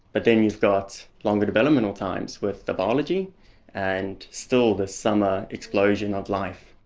but then you've got longer developmental times with the biology and still this summer explosion of life.